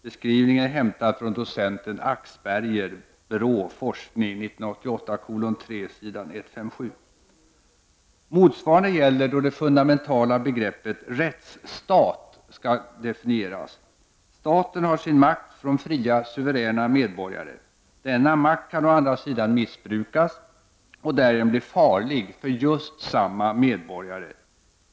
Beskrivningen är hämtad från docenten Axberger, BRÅ Forskning 1988:3 s. 157. Motsvarande gäller då det fundamentala begreppet ”rättsstat” skall definieras. Staten har sin makt från fria suveräna medborgare. Denna makt kan å andra sidan missbrukas och därigenom bli farlig för just samma medborgare.